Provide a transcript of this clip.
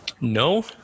no